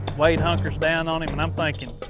wade hunkers down on him. and i'm thinking,